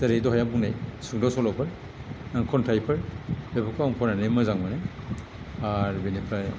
जेरै दहाय आं बुंनाय सुंद' सल'फोर आरो खन्थाइफोर दा बेफोरखौ आं फरायनानै मोजां मोनो आरो बिनिफ्राय